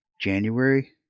january